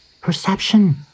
perception